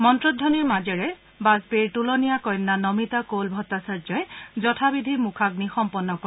মন্ত্ৰধবনিৰ মাজেৰে বাজপেয়ীৰ তোলনীয়া কন্যা নমিতা কৌল ভট্টাচাৰ্যই যথাবিধি মুখাগ্নি সম্পন্ন কৰে